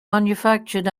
manufactured